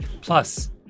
Plus